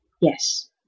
yes